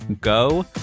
go